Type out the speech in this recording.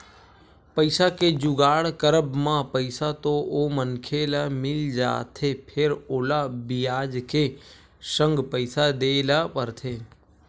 पइसा के जुगाड़ करब म पइसा तो ओ मनखे ल मिल जाथे फेर ओला बियाज के संग पइसा देय ल परथे